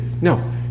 No